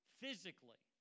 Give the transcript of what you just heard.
physically